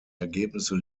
ergebnisse